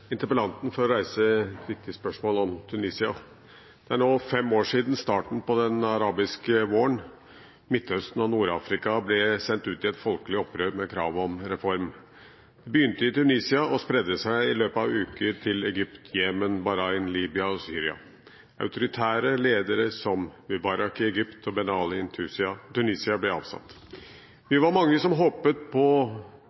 interpellanten for å reise et viktig spørsmål om Tunisia. Det er nå fem år siden starten på den arabiske våren – Midtøsten og Nord-Afrika ble sendt ut i et folkelig opprør med krav om reform. Det begynte i Tunisia og spredte seg i løpet av uker til Egypt, Jemen, Bahrain, Libya og Syria. Autoritære ledere som Mubarak i Egypt og Ben Ali i Tunisia ble avsatt. Vi